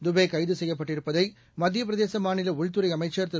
துபேகைதுசெய்யப்பட்டிருப்பதைமத்தியப்பிரதேசமாநிலஉள்துறைஅமைச்சர் திரு